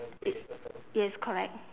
it yes correct